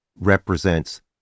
represents